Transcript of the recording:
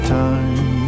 time